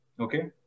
Okay